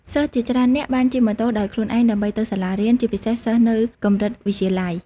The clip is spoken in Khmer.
សិស្សជាច្រើននាក់បានជិះម៉ូតូដោយខ្លួនឯងដើម្បីទៅសាលារៀន ជាពិសេសសិស្សនៅកម្រិតវិទ្យាល័យ។